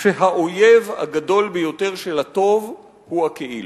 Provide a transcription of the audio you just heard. האויב הגדול ביותר של הטוב הוא הכאילו.